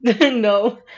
No